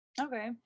okay